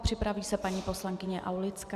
Připraví se paní poslankyně Aulická.